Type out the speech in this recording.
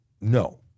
no